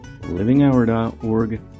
livinghour.org